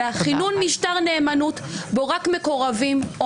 אלא כינון משטר נאמנות שבו רק מקורבים או